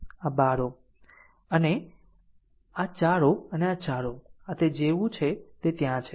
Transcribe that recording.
આ 12 Ω છે અને આ 4 Ω અને આ 4 Ω આ તે જેવું છે ત્યાં છે